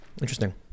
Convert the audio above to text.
Interesting